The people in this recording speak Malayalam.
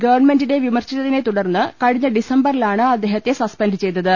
ഗവൺമെന്റിനെ വിമർശിച്ചതിനെതുടർന്ന് കഴിഞ്ഞ ഡിസംബറിലാണ് അദ്ദേഹത്തെ സസ്പെന്റ് ചെയ്തത്